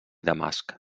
damasc